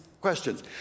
questions